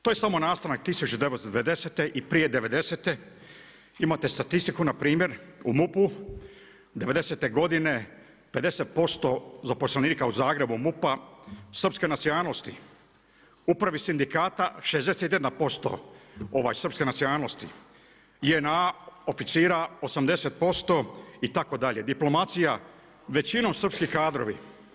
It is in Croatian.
To je samo nastanak 1990. i prije '90.-te imate statistiku npr. u MUP-u, '90.-te godine 50% zaposlenika u Zagrebu MUP-a srpske nacionalnosti, upravi sindikata 61% srpske nacionalnosti, JNA oficira 80% itd. diplomacija većinom srpski kadrovi.